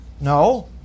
No